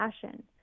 passion